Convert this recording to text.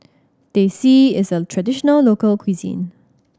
Teh C is a traditional local cuisine